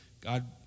God